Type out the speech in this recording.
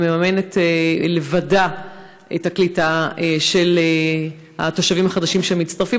והיא מממנת לבדה את הקליטה של התושבים החדשים שמצטרפים,